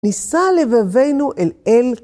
ניסה לבבינו אל אל